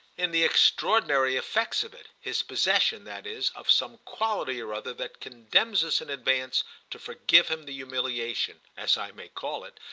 in the extraordinary effects of it his possession, that is, of some quality or other that condemns us in advance to forgive him the humiliation, as i may call it,